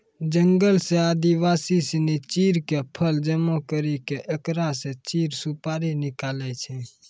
जंगल सॅ आदिवासी सिनि चीड़ के फल जमा करी क एकरा स चीड़ सुपारी निकालै छै